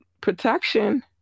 protection